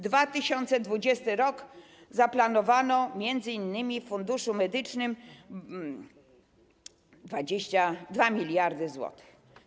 2020 r. - zaplanowano m.in. w Funduszu Medycznym 22 mld zł.